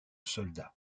soldat